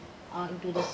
uh into the